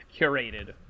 curated